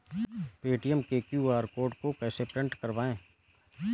Paytm के QR code को print कैसे करवाएँ?